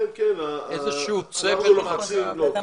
איזה שהוא צוות למשל --- כן.